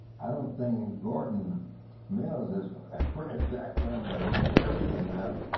i don't think gordon mills has read jack london's work carefully enough.